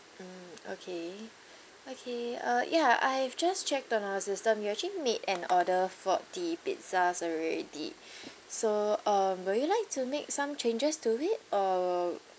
mm okay okay uh ya I've just checked on our system you actually made an order for the pizzas already so um will you like to make some changes to it or